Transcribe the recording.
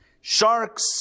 sharks